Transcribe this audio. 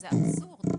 זה אבסורד,